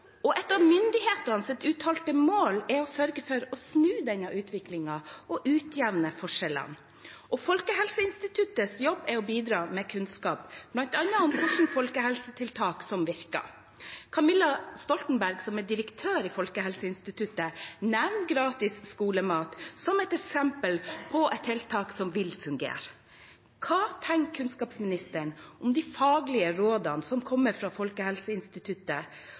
Et av myndighetenes uttalte mål er å sørge for å snu denne utviklingen og utjevne forskjellene. Folkehelseinstituttets jobb er å bidra med kunnskap, bl.a. om hvilke folkehelsetiltak som virker. Camilla Stoltenberg, som er direktør i Folkehelseinstituttet, nevner gratis skolemat som eksempel på et tiltak som vil fungere. Hva tenker kunnskapsministeren om de faglige rådene som kommer fra Folkehelseinstituttet,